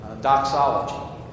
Doxology